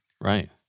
Right